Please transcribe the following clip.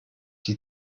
die